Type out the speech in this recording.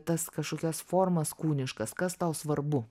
tas kažkokias formas kūniškas kas tau svarbu